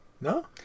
No